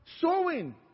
sowing